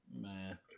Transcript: Man